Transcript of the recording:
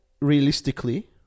realistically